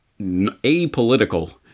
apolitical